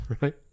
right